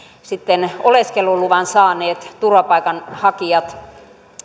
sitten oleskeluluvan saaneet turvapaikanhakijat